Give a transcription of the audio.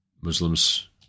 Muslims